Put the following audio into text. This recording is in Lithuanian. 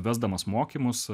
vesdamas mokymus